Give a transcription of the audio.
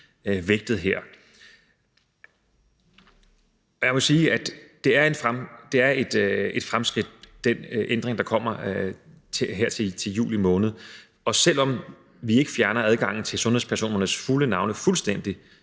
vægtet her. Og jeg må sige, at det er et fremskridt med den ændring, der kommer her til juli, og selv om vi ikke fjerner adgangen til sundhedspersonernes fulde navne fuldstændig,